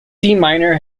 minor